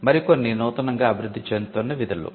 మరి కొన్ని నూతనంగా అభివృద్ధి చెందుతున్న విధులు